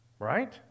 right